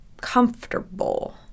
comfortable